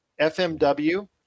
FMW